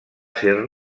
ser